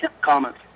comments